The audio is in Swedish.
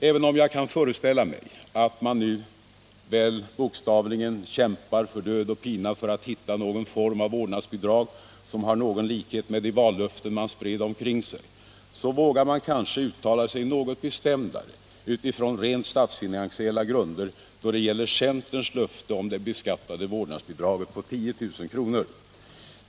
Även om jag kan föreställa mig att man nu bokstavligen kämpar för att för död och pina hitta någon form av vårdnadsbidrag, som har någon likhet med de vallöften man spred omkring sig, vågar man kanske uttala sig något bestämdare utifrån rent statsfinansiella grunder då det gäller centerns löfte om det beskattade vårdnadsbidraget på 10 000 kr.